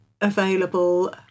available